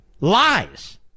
Lies